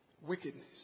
Wickedness